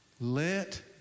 let